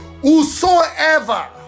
Whosoever